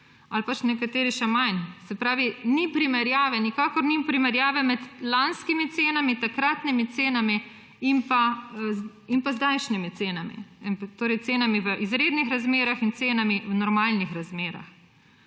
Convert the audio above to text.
ali pa nekateri še manj. Se pravi, ni primerjave, nikakor ni primerjave med lanskimi cenami, takratnimi cenami, in pa zdajšnjimi cenami; torej cenami v izrednih razmerah in cenami v normalnih razmerah.